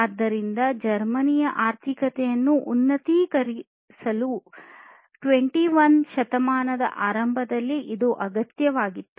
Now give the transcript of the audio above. ಆದ್ದರಿಂದ ಜರ್ಮನಿಯ ಆರ್ಥಿಕತೆಯನ್ನು ಉನ್ನತೀಕರಿಸಲು 21 ನೇ ಶತಮಾನದ ಆರಂಭದಲ್ಲಿ ಇದು ಅಗತ್ಯವಾಗಿತ್ತು